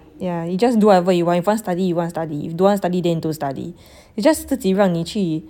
yeah you just do whatever you want if you want study you want study if don't want study then don't study they just 自己让你去